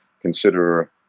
consider